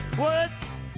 Words